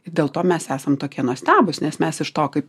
ir dėl to mes esam tokie nuostabūs nes mes iš to kaip